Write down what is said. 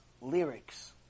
lyrics